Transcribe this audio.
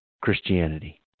Christianity